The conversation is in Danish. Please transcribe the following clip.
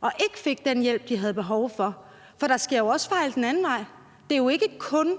og ikke fik den hjælp, de havde behov for? For der sker jo også fejl den anden vej. Det er jo ikke kun